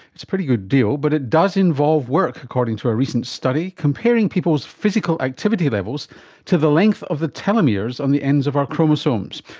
it's a pretty good deal but it does involve work, according to a recent study comparing people's physical activity levels to the length of the telomeres on the end of our chromosomes.